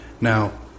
Now